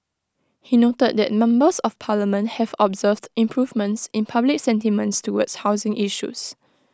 he noted that members of parliament have observed improvements in public sentiments towards housing issues